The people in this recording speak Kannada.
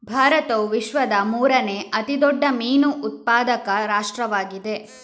ಭಾರತವು ವಿಶ್ವದ ಮೂರನೇ ಅತಿ ದೊಡ್ಡ ಮೀನು ಉತ್ಪಾದಕ ರಾಷ್ಟ್ರವಾಗಿದೆ